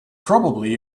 probably